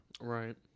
Right